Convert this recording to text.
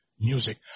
music